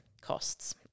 costs